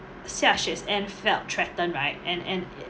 xiaxue's end felt threatened right and and e~